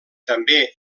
també